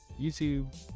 YouTube